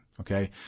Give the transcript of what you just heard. Okay